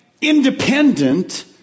independent